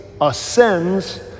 ascends